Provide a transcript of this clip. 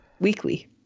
weekly